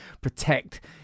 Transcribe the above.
protect